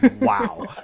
Wow